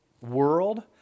world